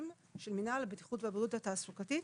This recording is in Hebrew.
של מנהל הבטיחות והבריאות התעסוקתי,